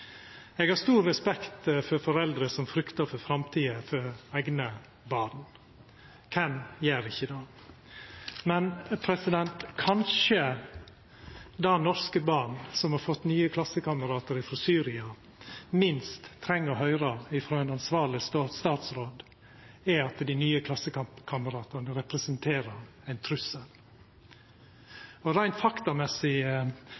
Eg har stor respekt for foreldre som fryktar for framtida for eigne barn. Kven gjer ikkje det? Men kanskje det norske barn som har fått nye klassekameratar frå Syria, minst treng å høyra frå ein ansvarleg statsråd, er at dei nye klassekameratane representerer ein